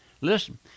listen